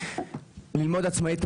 או ללמוד עצמאית,